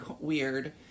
weird